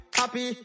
happy